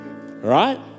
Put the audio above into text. Right